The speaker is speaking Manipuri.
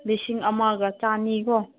ꯂꯤꯁꯤꯡ ꯑꯃꯒ ꯆꯥꯅꯤꯀꯣ